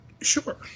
Sure